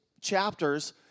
chapters